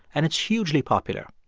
and it's hugely popular.